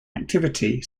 activity